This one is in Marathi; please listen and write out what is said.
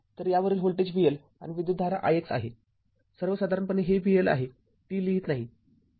तरयावरील व्होल्टेज vL आणि विद्युतधारा ix आहे सर्वसाधारणपणे हे vL आहे t लिहीत नाही